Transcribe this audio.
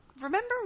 remember